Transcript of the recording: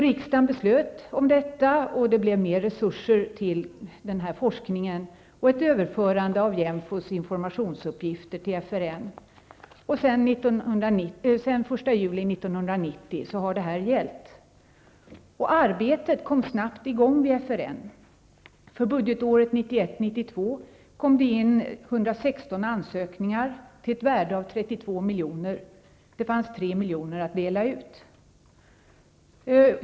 Riksdagen beslöt om detta, och det blev mer resurser till denna forskning samt ett överförande av JÄMFO:s informationsuppgifter till FRN. Sedan den 1 juli 1990 har detta gällt. Arbetet kom snabbt i gång vid FRN. För budgetåret 1991/92 kom det in 116 ansökningar till ett värde av 32 miljoner. Det fanns 3 miljoner att dela ut.